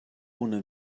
una